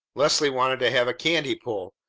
leslie wanted to have a candy-pull,